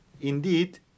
indeed